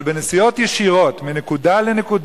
אם האוטובוס הזה היה מלא נוסעים בעמידה.